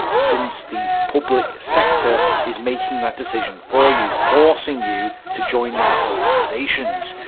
since the public-sector is making that decision for you, forcing you to join their organizations.